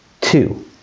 Two